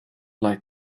leid